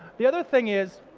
the other thing is,